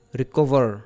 recover